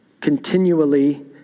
continually